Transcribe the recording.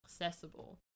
accessible